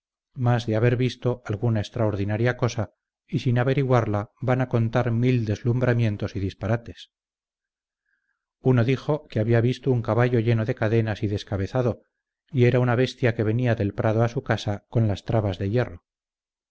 más de haber visto alguna extraordinaria cosa y sin averiguarla van a contar mil deslumbramientos y disparates uno dijo que había visto un caballo lleno de cadenas y descabezado y era una bestia que venía del prado a su casa con las trabas de hierro